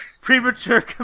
premature